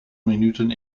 minuten